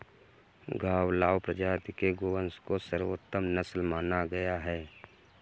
गावलाव प्रजाति के गोवंश को सर्वोत्तम नस्ल माना गया है